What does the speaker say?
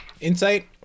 Insight